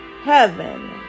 heaven